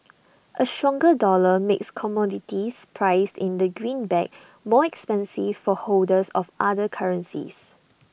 A stronger dollar makes commodities priced in the greenback more expensive for holders of other currencies